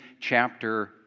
chapter